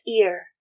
ear